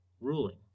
ruling